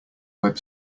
web